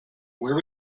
where